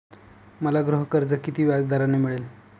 मला गृहकर्ज किती व्याजदराने मिळेल?